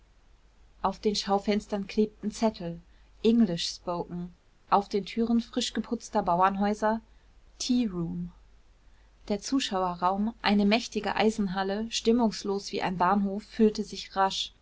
auf den schaufenstern klebten zettel english spoken auf den türen frisch geputzter bauernhäuser tearoom der zuschauerraum eine mächtige eisenhalle stimmungslos wie ein bahnhof füllte sich rasch